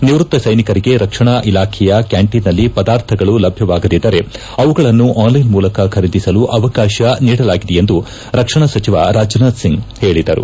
ನಿವೃತ್ತ ಸೈನಿಕರಿಗೆ ರಕ್ಷಣಾ ಇಲಾಖೆಯ ಕ್ಯಾಂಟೀನ್ನಲ್ಲಿ ಪದಾರ್ಥಗಳು ಲಭ್ಯವಾಗದಿದ್ದರೆ ಅವುಗಳನ್ನು ಆನ್ಲೈನ್ ಮೂಲಕ ಖರೀದಿಸಲು ಅವಕಾಶ ನೀಡಲಾಗಿದೆ ಎಂದು ರಕ್ಷಣಾ ಸಚಿವ ರಾಜನಾಥ್ಸಿಂಗ್ ಹೇಳಿದರು